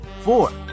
four